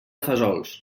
fesols